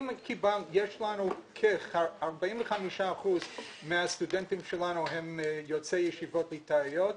אם כ-45 אחוזים מהסטודנטים שלנו הם יוצאי ישיבות ליטאיות,